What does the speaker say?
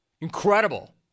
Incredible